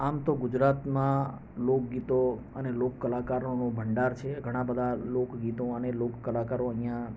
આમ તો ગુજરાતમાં લોકગીતો અને લોક કલાકારોનો ભંડાર છે ઘણા બધા લોકગીતો અને લોક કલાકારો અહીંયાં